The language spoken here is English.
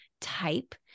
type